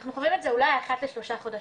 אנחנו חווים את זה אולי אחת לשלושה חודשים.